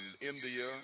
India